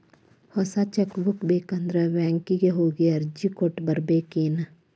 ಹೊಸ cheque book ಬೇಕಂದ್ರ ಬ್ಯಾಂಕಿಗೆ ಹೋಗಿ ಅರ್ಜಿ ಕೊಟ್ಟ ಬರ್ಬೇಕೇನ್